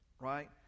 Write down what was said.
right